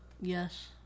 Yes